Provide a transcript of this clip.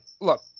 look